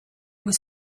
was